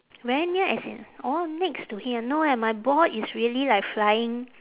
very near as in orh next to him no eh my ball is really like flying